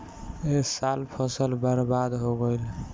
ए साल फसल बर्बाद हो गइल